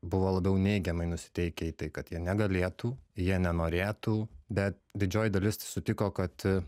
buvo labiau neigiamai nusiteikę į tai kad jie negalėtų jie nenorėtų bet didžioji dalis tai sutiko kad